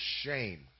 shame